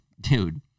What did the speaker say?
Dude